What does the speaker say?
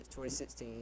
2016